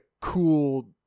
cool